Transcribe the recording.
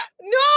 No